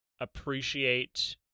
appreciate